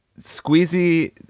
squeezy